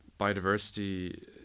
biodiversity